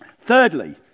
Thirdly